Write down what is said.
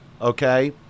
Okay